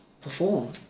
perform